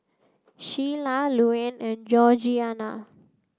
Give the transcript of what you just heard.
Shiela Luanne and Georgiana